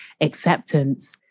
acceptance